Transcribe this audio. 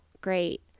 great